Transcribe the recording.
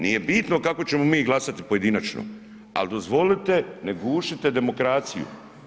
Nije bitno kako ćemo mi glasati pojedinačno, ali dozvolite ne gušite demokraciju.